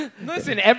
Listen